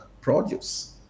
produce